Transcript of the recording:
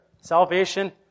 Salvation